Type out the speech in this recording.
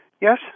yes